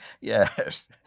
Yes